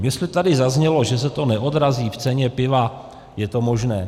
Jestli tady zaznělo, že se to neodrazí v ceně piva, je to možné.